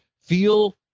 feel